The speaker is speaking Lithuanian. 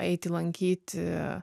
eiti lankyti